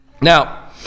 Now